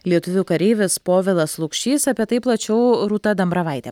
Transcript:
lietuvių kareivis povilas lukšys apie tai plačiau rūta dambravaitė